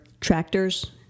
tractors